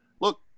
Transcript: look